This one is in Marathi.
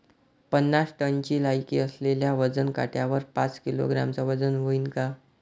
पन्नास टनची लायकी असलेल्या वजन काट्यावर पाच किलोग्रॅमचं वजन व्हईन का?